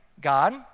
God